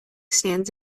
stands